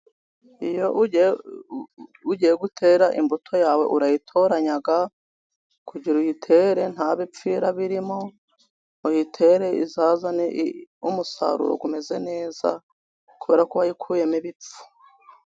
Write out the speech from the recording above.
Iyo ugiye gutera imbuto yawe, urayitoranya kugira uyitere nta bipfira birimo, uyitere izazane umusaruro umeze neza kubera ko wayikuyemo ibipfu.